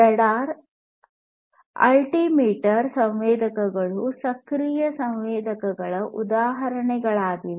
radar altimeter ಸಂವೇದಕಗಳು ಸಕ್ರಿಯ ಸಂವೇದಕಗಳ ಉದಾಹರಣೆಗಳಾಗಿವೆ